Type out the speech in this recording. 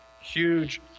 huge